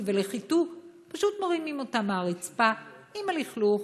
ולחיטוי פשוט מרימים אותם מהרצפה עם הלכלוך,